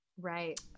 Right